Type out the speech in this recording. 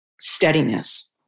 steadiness